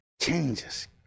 changes